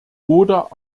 oder